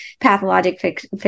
pathologic